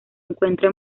encuentra